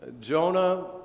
Jonah